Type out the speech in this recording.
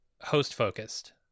host-focused